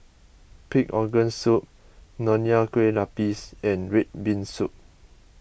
Pig Organ Soup Nonya Kueh Lapis and Red Bean Soup